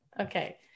Okay